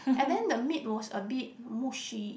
and then the meat was a bit mushy